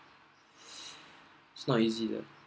it's not easy lah